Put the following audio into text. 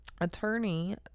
Attorney